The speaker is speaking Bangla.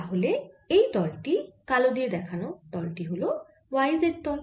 তাহলে এই তল টি কালো দিয়ে দেখানো তল টি হল y z তল